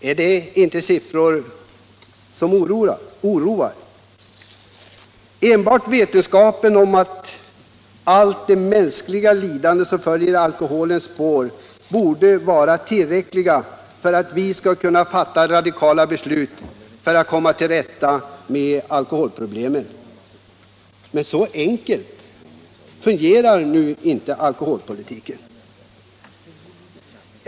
Är det inte siffror som oroar? Enbart vetskapen om allt det mänskliga lidande som följer i alkoholens spår borde vara tillräcklig för att vi skall kunna fatta radikala beslut för att komma till rätta med alkoholproblemet. Men så enkelt fungerar nu inte alkoholpolitiken.